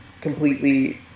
completely